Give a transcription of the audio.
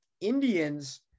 Indians